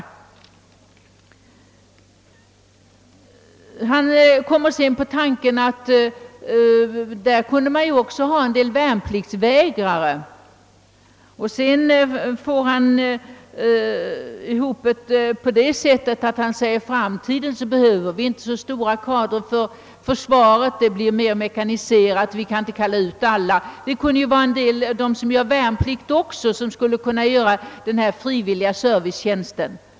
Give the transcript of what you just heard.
Herr Lothigius kommer vidare in på tanken att man för denna frivilliga servicetjänst skulle kunna utnyttja en del värnpliktsvägrare. Han tänker sig också att man i framtiden inte behöver ha så stora personalkadrer vid försvaret — det blir mer mekaniserat och vi kan inte kalla ut alla för värnpliktstjänstgöring. Men också en del av dem som skall göra värnplikt skulle enligt herr Lothigius kunna användas för denna frivilliga servicetjänst.